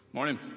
Morning